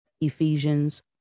Ephesians